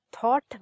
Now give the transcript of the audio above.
thought